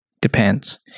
depends